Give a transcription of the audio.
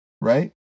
right